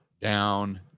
down